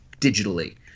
digitally